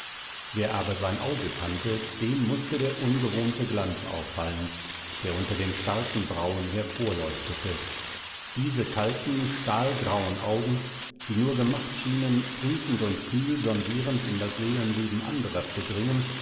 wer aber sein auge kannte dem mußte der ungewohnte glanz auffallen der unter den starken brauen hervorleuchtete diese kalten stahlgrauen augen die nur gemacht schienen prüfend und kühl sondierend in das seelenleben anderer zu dringen